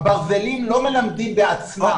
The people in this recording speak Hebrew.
הברזלים לא מלמדים בעצמם.